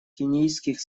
кенийских